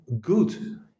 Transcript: good